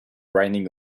riding